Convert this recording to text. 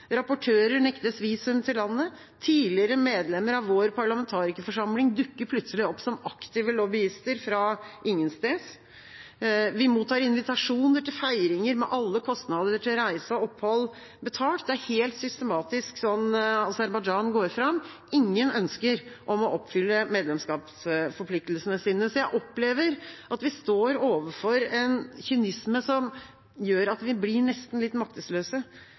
rapportører nektes visum til landet. Tidligere medlemmer av vår parlamentarikerforsamling dukker plutselig opp som aktive lobbyister fra ingen steder. Vi mottar invitasjoner til feiringer med alle kostnader til reise og opphold betalt. Det er helt systematisk sånn Aserbajdsjan går fram – de har ingen ønsker om å oppfylle medlemskapsforpliktelsene sine. Jeg opplever at vi står overfor en kynisme som gjør at vi nesten blir litt maktesløse.